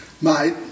Mate